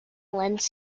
lens